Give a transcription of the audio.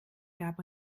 gab